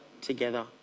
together